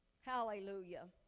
Hallelujah